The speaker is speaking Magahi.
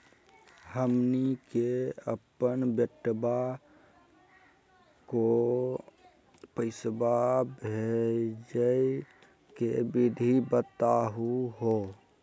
हमनी के अपन बेटवा क पैसवा भेजै के विधि बताहु हो?